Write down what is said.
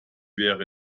wäre